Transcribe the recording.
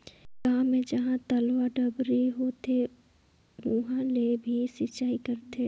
गांव मे जहां तलवा, डबरी होथे उहां ले भी सिचई करथे